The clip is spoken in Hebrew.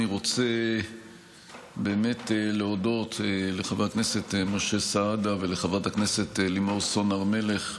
אני רוצה להודות לחבר הכנסת משה סעדה ולחברת הכנסת לימור סון הר מלך.